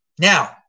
now